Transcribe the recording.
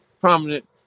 prominent